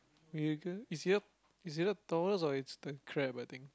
it's either it's either Taurus or it's the crab I think